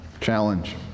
challenge